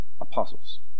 Apostles